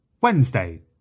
Wednesday